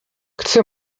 chcę